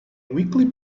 weekly